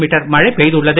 metre மழை பெய்துள்ளது